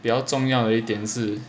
比较重要一点是